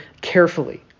carefully